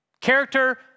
Character